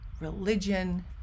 religion